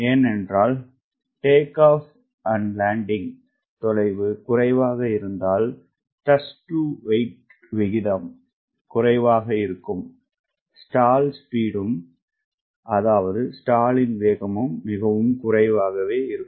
ஏனென்றால்டேக் off and landing தொலைவு குறைவாக இருந்தால் தேர்ஸ்ட் டு வெயிட் விகிதம் குறைவாக இருக்கும்ஸ்டால் வேகம் மிகவும்குறைவாகவேஇருக்கும்